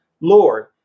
Lord